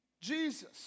Jesus